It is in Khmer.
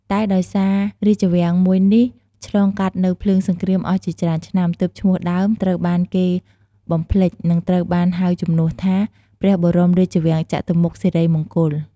តែដោយសាររាជវាំងមួយនេះឆ្លងកាត់នូវភ្លើងសង្គ្រាមអស់ជាច្រើនឆ្នាំ ទើបឈ្មោះដើមត្រូវបានគេបំភ្លេច និងត្រូវបានហៅជំនួសថា ព្រះបរមរាជវាំងចតុមុខសិរីមង្គល ។